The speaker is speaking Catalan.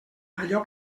allò